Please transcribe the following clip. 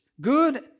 good